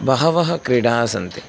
बहवः क्रीडाः सन्ति